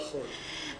נכון.